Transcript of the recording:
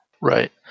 Right